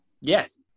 Yes